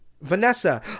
Vanessa